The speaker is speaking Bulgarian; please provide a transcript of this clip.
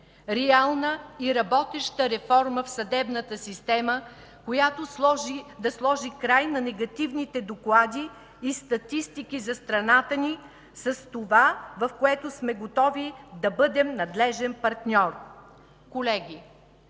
Реална и работеща реформа в съдебната система, която да сложи край на негативните доклади и статистики за страната ни с това, в което сме готови да бъдем надлежен партньор. Колеги,